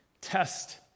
test